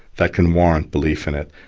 that can warrant belief in it.